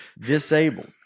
disabled